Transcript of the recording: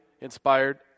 inspired